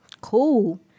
Cool